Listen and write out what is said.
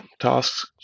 tasks